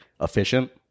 efficient